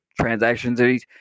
transactions